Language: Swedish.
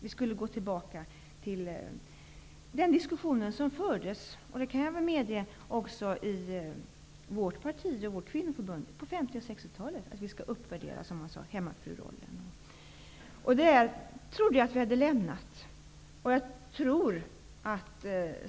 Vi skulle då gå tillbaka till den diskussion som fördes under 50 och 60-talen, även -- det kan jag medge -- i vårt parti och i vårt kvinnoförbund, om att hemmafrurollen skulle uppvärderas. Jag trodde att vi hade lämnat den diskussionen.